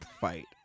fight